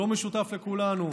לא משותף לכולנו?